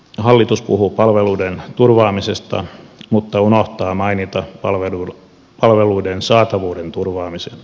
hallitus puhuu palveluiden turvaamisesta mutta unohtaa mainita palveluiden saatavuuden turvaamisen